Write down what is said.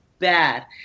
bad